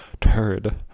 turd